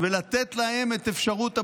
ולתת להן את אפשרות הבחירה,